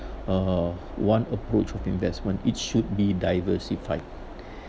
uh one approach of investment it should be diversified